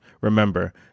Remember